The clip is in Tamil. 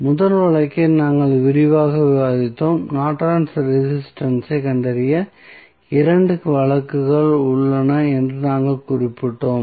முதல் வழக்கை நாங்கள் விரிவாக விவாதித்தோம் நார்டனின் ரெசிஸ்டன்ஸ் ஐக் Nortons resistance கண்டறிய 2 வழக்குகள் உள்ளன என்று நாங்கள் குறிப்பிட்டோம்